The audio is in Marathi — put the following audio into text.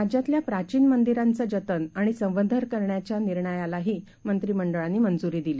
राज्यातल्याप्राचीनमंदिरांचंजतनआणिसंवर्धनकरण्याच्यानिर्णयालाहीमंत्रिमंडळानंमंजुरीदिली